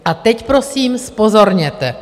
A teď prosím zpozorněte.